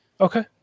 okay